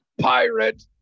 pirate